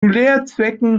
lehrzwecken